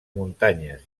muntanyes